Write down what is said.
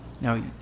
Now